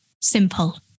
simple